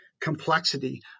complexity